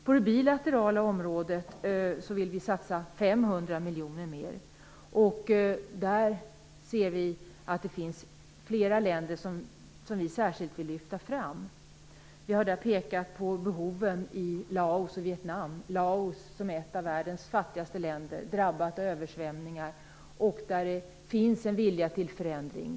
På det bilaterala området vill vi satsa 500 miljoner mer, och där finns det flera länder som vi särskilt vill lyfta fram. Vi har pekat på behoven i Laos och Vietnam. Laos är ett av världens fattigaste länder, drabbat av översvämningar. Men där finns en vilja till förändring.